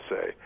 say